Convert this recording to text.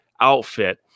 outfit